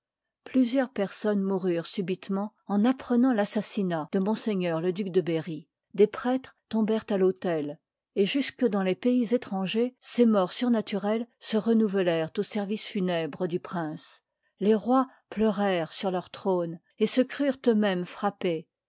plusieurs personnes moururent subitement en apprenant l'assassinat de ms lé duc de berry des prêtres tombèrent à l'autel et jusque dans les pays étrangers s morts surnaturelles se renouvelèrent aux sers ices funèbres du prince les rois pleurèrent sur leurs trônes et se crurent isux mémes frappés